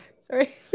Sorry